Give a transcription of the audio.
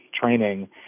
training